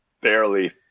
barely